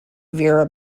vera